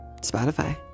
Spotify